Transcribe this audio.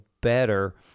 better